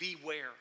Beware